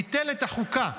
ביטל את החוקה,